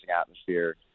atmosphere